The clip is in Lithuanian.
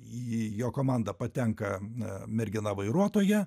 į jo komandą patenka mergina vairuotoja